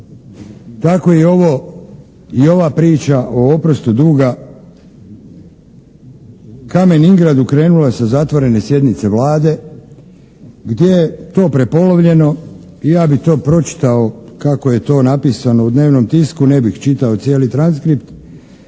Tako je i ova priča o oprostu duga "Kamen Ingradu" krenula sa zatvorene sjednice Vlade, gdje je to prepolovljeno i ja bih to pročitao kako je to napisano u dnevnom tisku, ne bih čitao cijeli transkript,